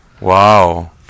Wow